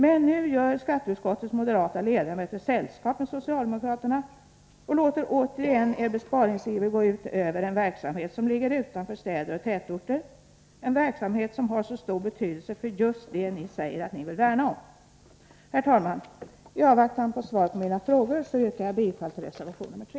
Men nu gör skatteutskottets moderata ledamöter sällskap med socialdemokraterna, och ni låter återigen er besparingsiver gå ut över en verksamhet som ligger utanför städer och tätorter, en verksamhet som har så stor betydelse för just det ni säger att ni vill värna om. Herr talman! I avvaktan på svar på mina frågor yrkar jag bifall till reservation 3.